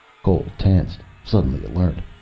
cole tensed, suddenly alert.